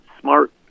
smart